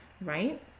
right